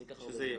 זה יקח הרבה זמן,